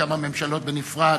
כמה ממשלות בנפרד,